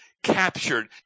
captured